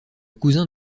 cousin